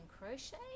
crochet